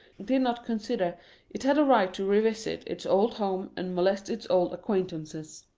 did not consider it had a right to revisit its old home and molest its old acquaintances.